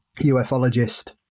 ufologist